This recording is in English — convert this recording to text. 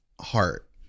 heart